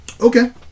Okay